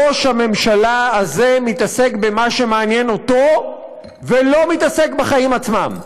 ראש הממשלה הזה מתעסק במה שמעניין אותו ולא מתעסק בחיים עצמם.